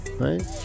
Right